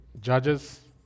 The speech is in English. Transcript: judges